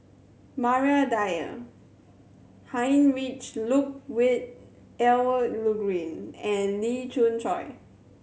Maria Dyer Heinrich Ludwig Emil Luering and Lee Khoon Choy